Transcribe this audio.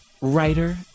writer